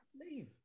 leave